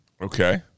Okay